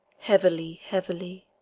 heavily, heavily.